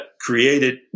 created